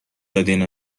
دادین